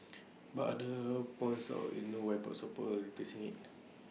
but others points out there no widespread out support facing IT